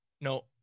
no